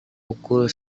pukul